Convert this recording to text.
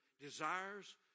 desires